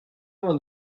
vingt